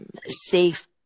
safe